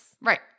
Right